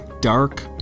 dark